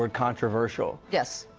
and controversial. yes.